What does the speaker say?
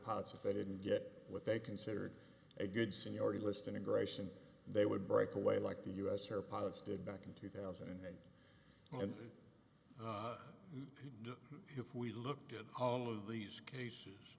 pilots if they didn't get what they considered a good seniority list integration they would break away like the u s air pilots did back in two thousand and eight and if we looked at all of these cases